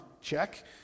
Check